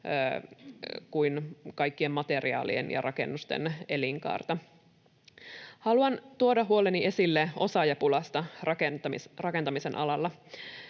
kuin kaikkien materiaalien ja rakennusten elinkaarta. Haluan tuoda esille huoleni osaajapulasta rakentamisen alalla.